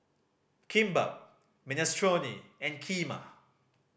Kimbap Minestrone and Kheema